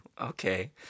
okay